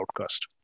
outcast